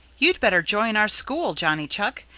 you'd better join our school, johnny chuck,